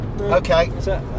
Okay